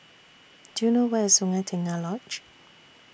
Do YOU know Where IS Sungei Tengah Lodge